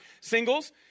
singles—